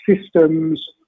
systems